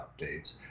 updates